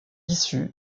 issu